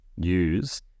use